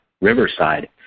Riverside